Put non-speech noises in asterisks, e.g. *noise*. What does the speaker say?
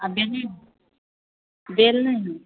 आओर *unintelligible* बेल नहि हइ